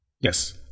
yes